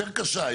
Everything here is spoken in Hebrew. יותר קשה,